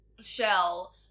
shell